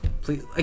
please